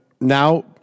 now